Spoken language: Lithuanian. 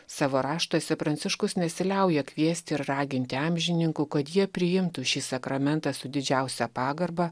savo raštuose pranciškus nesiliauja kviesti ir raginti amžininkų kad jie priimtų šį sakramentą su didžiausia pagarba